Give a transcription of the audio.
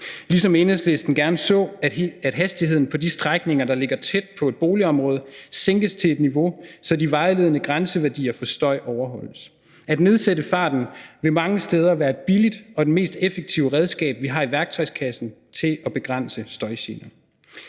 ligesom Enhedslisten gerne så, at hastigheden på de strækninger, der ligger tæt på et boligområde, sænkes til et niveau, så de vejledende grænseværdier for støj overholdes. At nedsætte farten vil mange steder være billigt og det mest effektive redskab, vi har i værktøjskassen til at begrænse støjgener.